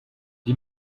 die